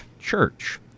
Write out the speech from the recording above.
church